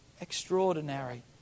extraordinary